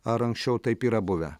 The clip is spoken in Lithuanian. ar anksčiau taip yra buvę